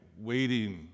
waiting